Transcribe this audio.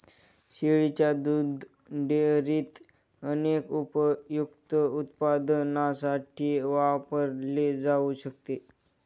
शेळीच्या दुध डेअरीत अनेक उपयुक्त उत्पादनांसाठी वापरले जाऊ शकते